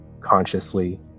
consciously